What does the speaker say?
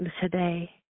Today